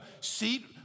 seat